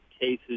cases